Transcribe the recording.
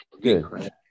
good